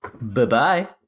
Bye-bye